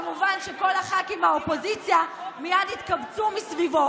כמובן שכל הח"כים מהאופוזיציה מייד התקבצו מסביבו,